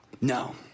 No